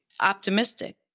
optimistic